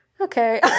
okay